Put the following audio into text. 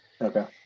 Okay